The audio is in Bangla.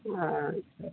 হ্যাঁ আচ্ছা আচ্ছা